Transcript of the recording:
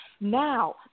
Now